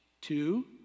Two